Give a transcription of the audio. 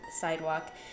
sidewalk